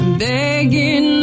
begging